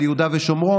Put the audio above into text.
על יהודה ושומרון.